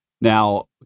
Now